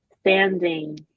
standing